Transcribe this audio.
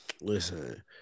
listen